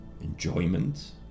enjoyment